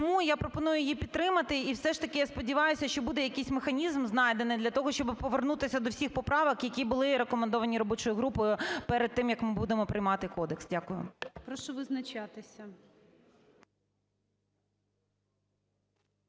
Тому я пропоную її підтримати і все ж таки я сподіваюся, що буде якийсь механізм знайдений для того, щоб повернутися до всіх поправок, які були рекомендовані робочою групою, перед тим як ми будемо приймати кодекс. Дякую. ГОЛОВУЮЧИЙ. Прошу визначатися.